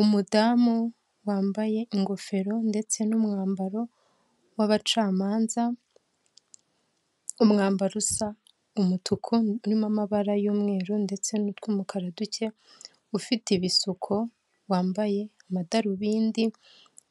Umudamu wambaye ingofero ndetse n'umwambaro w'abacamanza, umwambaro usa umutuku urimo amabara y'umweru ndetse n'utwumukara duke, ufite ibisuko wambaye amadarubindi,